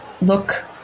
look